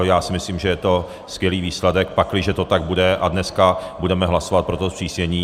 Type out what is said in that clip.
Já si myslím, že je to skvělý výsledek, pakliže to tak bude, a dneska budeme hlasovat pro to zpřísnění.